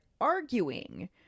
arguing